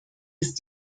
ist